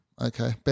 Okay